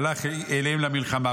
הלך אליהם למלחמה.